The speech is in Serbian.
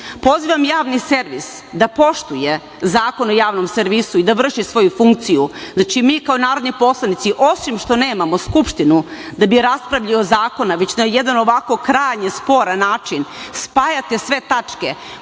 Pozivam javni servis da poštuje Zakon o javnom servisu i da vrši svoju funkciju. Znači, mi kao narodni poslanici, osim što nemamo Skupštinu gde bi raspravljali o zakonu, već na jedan ovako krajnje sporan način spajate sve tačke